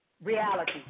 reality